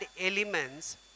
elements